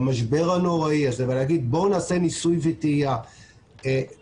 במשבר הנוראי הזה ולהגיד: בואו נעשה ניסוי וטעייה ונשנה,